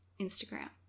Instagram